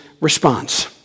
response